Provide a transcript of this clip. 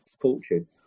Fortune